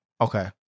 Okay